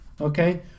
Okay